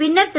பின்னர் திரு